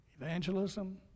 evangelism